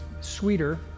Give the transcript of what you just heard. sweeter